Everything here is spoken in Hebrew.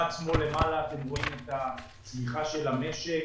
בצד שמאל למעלה אתם רואים את הצמיחה של המשק.